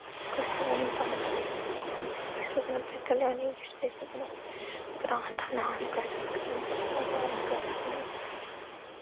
किश डांस बिच्च करी सकने अपने घरे आह्ले किश देई सकन ग्रां दा नांऽ करी सकन अपना नांऽ करी सकन